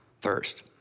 first